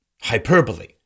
hyperbole